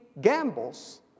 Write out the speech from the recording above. gambles